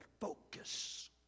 Focus